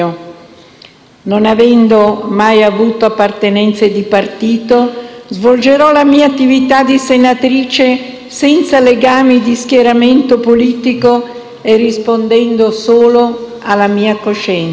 Non avendo mai avuto appartenenze di partito, svolgerò la mia attività di senatrice senza legami di schieramento politico e rispondendo solo alla mia coscienza.